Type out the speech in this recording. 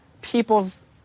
people's